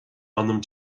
anam